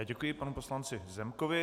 Děkuji panu poslanci Zemkovi.